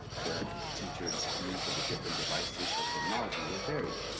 the teachers use of the different devices or technology will vary.